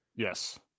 Yes